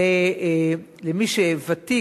מי שוותיק,